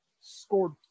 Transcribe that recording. scored